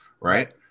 right